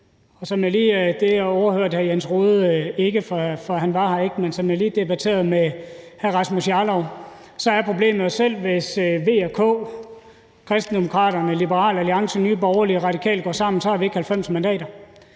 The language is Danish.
Rohde ikke, for han var her ikke – er problemet jo, at selv hvis V, KF, Kristendemokraterne, Liberal Alliance, Nye Borgerlige og Radikale går sammen, så har vi ikke 90 mandater.